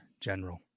general